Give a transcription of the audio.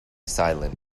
silent